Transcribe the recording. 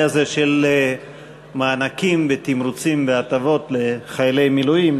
הזה של מענקים ותמרוצים והטבות לחיילי מילואים.